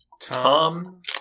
Tom